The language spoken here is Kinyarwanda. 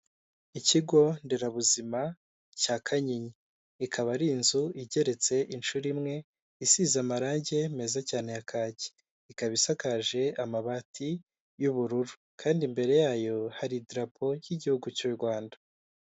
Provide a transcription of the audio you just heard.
Ikigo nderabuzima cya Kanyinya, ikaba ari inzu igeretse inshuro imwe, isize amarange meza cyane ya kake, ikaba isakaje amabati y'ubururu kandi imbere yayo hari idarapo y'igihugu cy'u Rwanda.